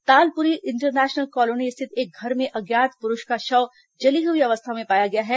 Talpuri international colony स्थित एक घर में अज्ञात पुरुष का शव जली हुई अवस्था में पाया गया है